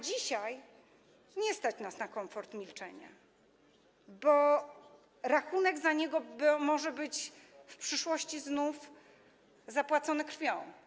Dzisiaj nie stać nas na komfort milczenia, bo rachunek za nie może być w przyszłości znów zapłacony krwią.